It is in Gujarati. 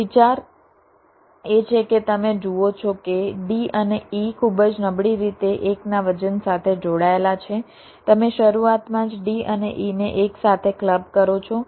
વિચાર એ છે કે તમે જુઓ છો કે d અને e ખૂબ જ નબળી રીતે એકના વજન સાથે જોડાયેલા છે તમે શરૂઆતમાં જ d અને e ને એકસાથે ક્લબ કરો છો